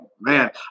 Man